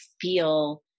feel